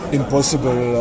impossible